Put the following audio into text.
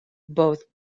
both